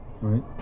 Right